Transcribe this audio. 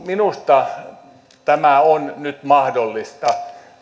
minusta tämä on nyt mahdollista